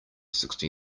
sixty